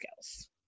skills